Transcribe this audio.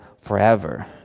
forever